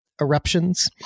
eruptions